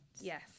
Yes